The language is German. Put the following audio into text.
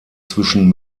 zwischen